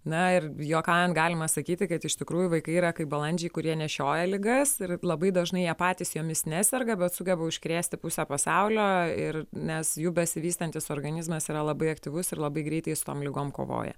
na ir juokaujant galima sakyti kad iš tikrųjų vaikai yra kaip balandžiai kurie nešioja ligas ir labai dažnai patys jomis neserga bet sugeba užkrėsti pusę pasaulio ir nes jų besivystantis organizmas yra labai aktyvus ir labai greitai su tom ligom kovoja